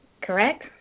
correct